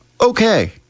okay